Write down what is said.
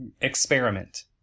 experiment